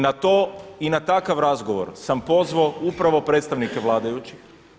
Na to i na takav razgovor sam pozvao upravo predstavnike vladajućih.